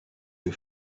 you